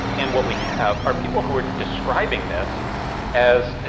and what we have are people who are describing this as.